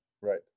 right